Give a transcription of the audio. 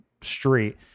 street